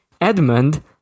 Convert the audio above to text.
Edmund